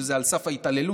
שזה על סף ההתעללות